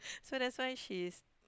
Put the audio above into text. so that's why she is